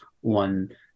One